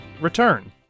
return